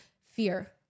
fear